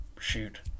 shoot